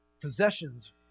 Possessions